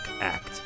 act